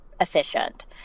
efficient